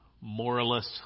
moralist